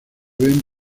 ben